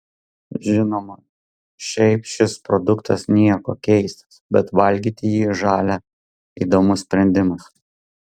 žinoma šiaip šis produktas niekuo keistas bet valgyti jį žalią įdomus sprendimas